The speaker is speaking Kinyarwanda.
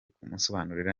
kumusobanurira